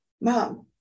mom